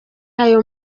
ayo